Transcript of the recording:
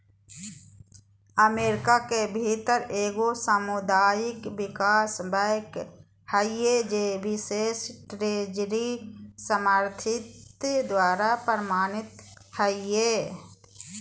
America के भीतर एगो सामुदायिक विकास बैंक हइ जे बिशेष ट्रेजरी समर्थित द्वारा प्रमाणित हइ